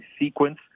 sequence